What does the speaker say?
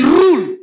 rule